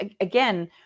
again